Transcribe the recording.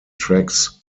tracks